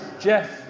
Jeff